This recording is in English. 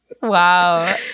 Wow